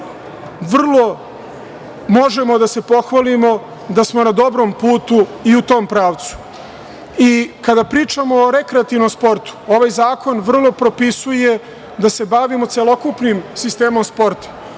vrlo možemo da se pohvalimo da smo na dobrom putu i u tom pravcu. Kada pričamo o rekreativnom sportu, ovaj zakon vrlo propisuje da se bavimo celokupnim sistem sporta.